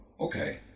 okay